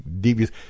devious